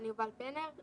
אני יובל פנר,